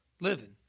living